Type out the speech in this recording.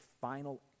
final